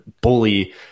bully